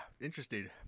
interesting